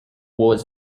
was